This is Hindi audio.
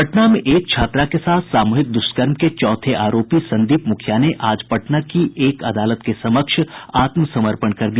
पटना में एक छात्रा के साथ सामूहिक दूष्कर्म के चौथे आरोपी संदीप मूखिया ने आज पटना की एक अदालत के समक्ष आत्मसमर्पण कर दिया